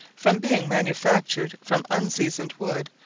from being manufactured from unseasoned wood,